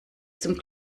zum